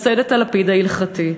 לשאת את הלפיד ההלכתי.